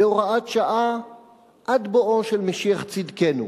להוראת שעה עד בואו של משיח צדקנו,